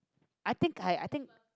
I think I I think